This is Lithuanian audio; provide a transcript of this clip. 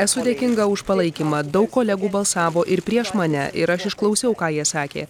esu dėkinga už palaikymą daug kolegų balsavo ir prieš mane ir aš išklausiau ką jie sakė